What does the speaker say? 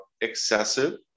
excessive